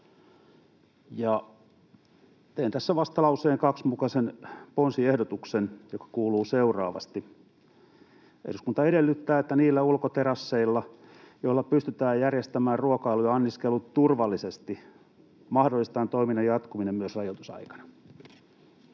Teen tässä vastalauseen 2 mukaisen ponsiehdotuksen, joka kuuluu seuraavasti: ”Eduskunta edellyttää, että niillä ulkoterasseilla, joilla pystytään järjestämään ruokailu ja anniskelu turvallisesti, mahdollistetaan toiminnan jatkuminen myös rajoitusaikana.”